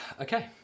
okay